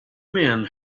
men